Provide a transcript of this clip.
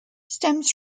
stems